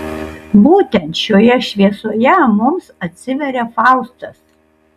būtent šioje šviesoje mums atsiveria faustas